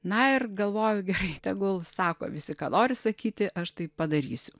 na ir galvoju gerai tegul sako visi ką nori sakyti aš tai padarysiu